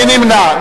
מי נמנע?